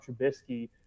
Trubisky